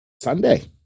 Sunday